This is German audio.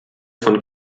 von